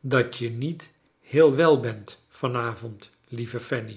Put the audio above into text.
dat je niet heel wel bent van avond lieve